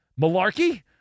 malarkey